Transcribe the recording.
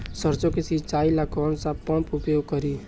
सरसो के सिंचाई ला कौन सा पंप उपयोग करी?